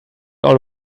all